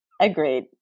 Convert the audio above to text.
Agreed